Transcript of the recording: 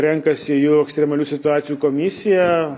renkasi jų ekstremalių situacijų komisija